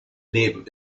leben